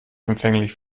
empfänglich